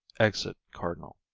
exit cardinal.